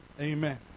Amen